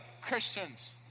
Christians